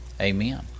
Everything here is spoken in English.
Amen